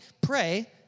Pray